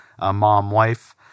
mom-wife